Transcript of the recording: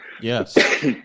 Yes